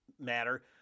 matter